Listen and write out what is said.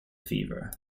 fever